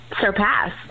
surpass